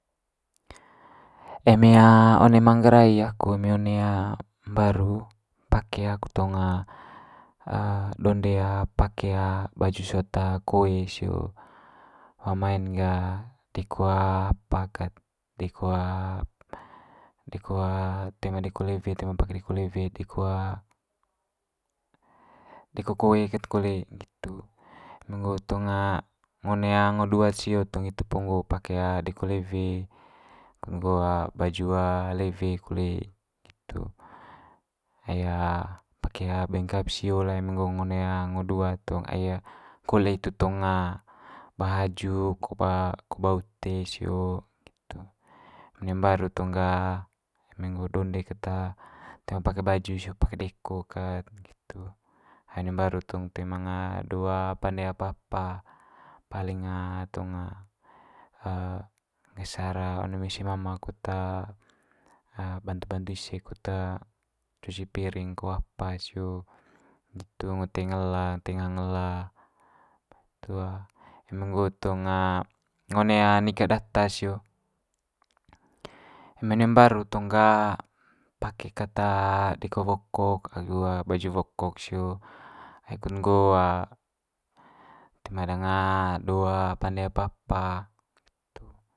eme one manggarai aku eme one mbaru pake aku tong donde pake baju sot koe sio, wa mai'n gah deko apa kat deko deko toe ma deko lewe toe ma pake deko lewe deko deko koe kat kole nggitu. Eme nggo tong ngo one ngo duat sio tong itu po nggo pake deko lewe baju lewe kole nggitu. Ai pake bengkap sio ngo one ngo duat tong ai kole itu tong ba haju, ko ba ko ba ute sio, nggitu. One mbaru tong gah eme nggo donde keta toe ma pake baju sio pake deko kat nggitu. Ai one mbaru tong toe manga do pande apa apa, paling tong one mai ise mama kut bantu bantu ise kut cuci piring ko apa sio nggitu, ngo teing ela teing hang ela eme nggo tong ngo one nikah data sio eme one mbaru tong gah pake kat deko wokok agu baju wokok sio, ai kut nggo toe ma danga do pande apa apa.